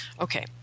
Okay